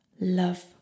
love